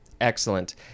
Excellent